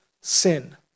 sin